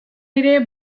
ere